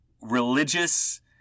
religious